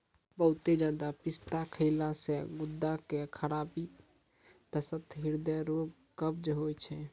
बहुते ज्यादा पिस्ता खैला से गुर्दा के खराबी, दस्त, हृदय रोग, कब्ज होय छै